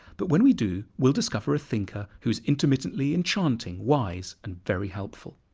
but when we do, we'll discover a thinker who is intermittently enchanting, wise and very helpful.